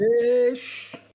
fish